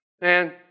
Man